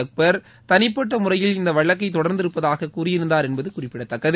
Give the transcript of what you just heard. அக்பா் தனிப்பட்ட முறையில் இந்த வழக்கை தொடர்ந்திருப்பதாக கூறியிருந்தார் என்பது குறிப்பிடத்தக்கது